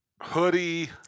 hoodie